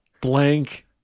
blank